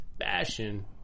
fashion